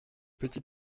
petits